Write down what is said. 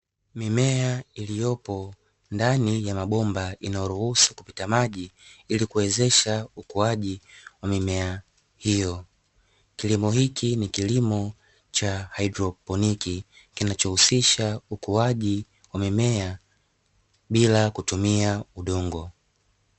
Mimea iliyopo ndani ya mabomba inayo ruhusu kupita maji ili kuwezesha ukuaji wa mimea hiyo, kilimo hiki ni kilimo cha haidroponi kinacho husisha ukuaji wa mimea bila kutumia udongo.